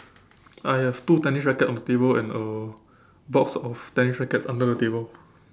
ah yes two tennis rackets on the table and a box of tennis rackets under the table